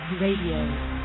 Radio